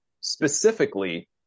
specifically